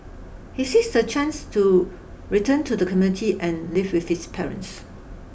he seeks the chance to return to the community and live with his parents